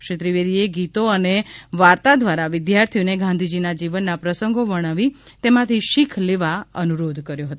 શ્રી ત્રિવેદીએ ગીતો અને વાર્તા દ્વારા વિદ્યાર્થીઓને ગાંધીજીના જીવનના પ્રસંગો વર્ણવી તેમાંથી શીખ લેવા અનુરોધ કર્યો હતો